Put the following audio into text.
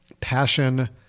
passion